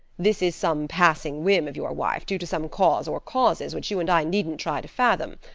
this is some passing whim of your wife, due to some cause or causes which you and i needn't try to fathom.